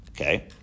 Okay